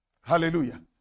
Hallelujah